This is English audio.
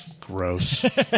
Gross